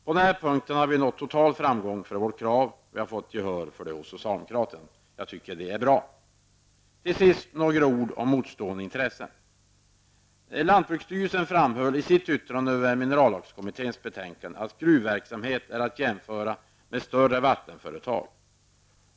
På den här punkten har vi nått total framgång för vårt krav; vi har fått gehör för det hos socialdemokraterna. Jag tycker det är bra. Till sist några ord om motstående intressen. Lantbruksstyrelsen framhöll i sitt yttrande över minerallagskommitténs betänkande att gruvverksamhet är att jämföra med större vattenföretag.